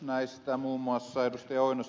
näistä muun muassa ed